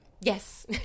Yes